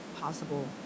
possible